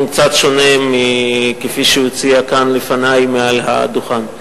קצת שונה מכפי שהוא הציע כאן לפני מעל הדוכן.